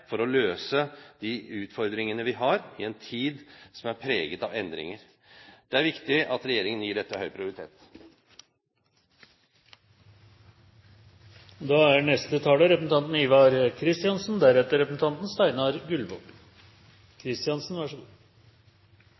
å løse de utfordringene vi har i en tid som er preget av endringer. Det er viktig at regjeringen gir dette høy